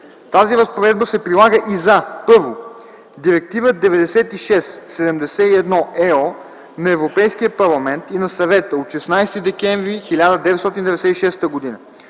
Тази разпоредба се прилага и за: 1. Директива 96/71/ЕО на Европейския парламент и на Съвета от 16 декември 1996 г.